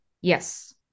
Yes